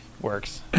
Works